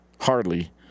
Hardly